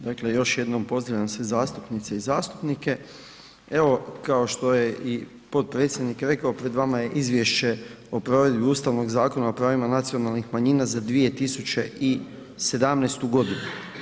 Dakle, još jednom pozdravljam sve zastupnice i zastupnike, evo kao što je i potpredsjednik rekao pred vam je izvješće o provedbi Ustavnog zakona o pravima nacionalnim manjina za 2017. godinu.